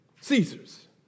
Caesar's